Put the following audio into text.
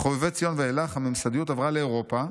מחובבי ציון ואילך הממסדיות עברה לאירופה,